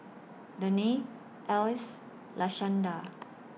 Danae Alys Lashanda